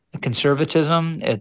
conservatism